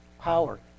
power